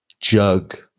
jug